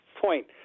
point